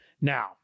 Now